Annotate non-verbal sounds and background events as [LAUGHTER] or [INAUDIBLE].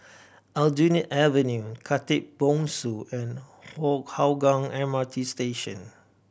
Aljunied Avenue Khatib Bongsu and [UNINTELLIGIBLE] Hougang M R T Station